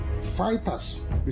Fighters